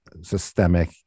systemic